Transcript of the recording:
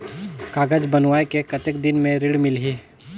कागज बनवाय के कतेक दिन मे ऋण मिलही?